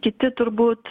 kiti turbūt